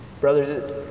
Brothers